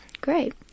Great